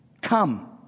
Come